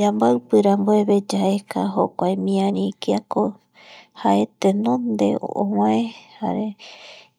Yamboipi rambueve yaeka kiako tenonde omae